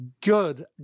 good